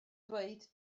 dweud